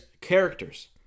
characters